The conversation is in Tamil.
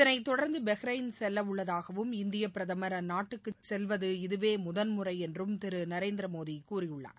இதனை தொடர்ந்து பஹ்ரைன் செல்ல உள்ளதாகவும் இந்திய பிரதமர் அந்நாட்டுக்கு செல்வது இதுவே முதல்முறை என்றும் திரு நரேந்திர மோடி கூறியுள்ளார்